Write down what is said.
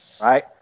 right